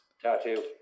Tattoo